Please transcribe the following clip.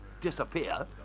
disappear